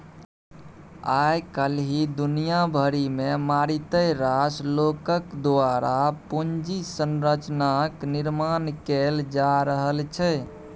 आय काल्हि दुनिया भरिमे मारिते रास लोकक द्वारा पूंजी संरचनाक निर्माण कैल जा रहल छै